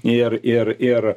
ir ir ir